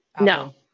no